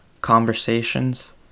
conversations